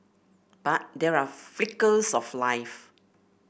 but there are flickers of life